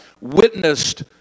witnessed